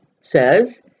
says